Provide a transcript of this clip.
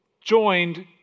joined